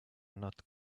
not